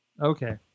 Okay